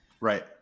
Right